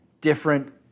different